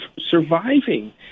surviving